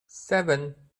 seven